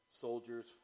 soldiers